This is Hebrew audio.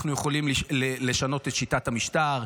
אנחנו יכולים לשנות את שיטת המשטר.